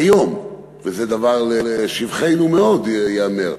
כיום, וזה דבר שהוא מאוד לשבחנו, ייאמר,